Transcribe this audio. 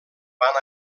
van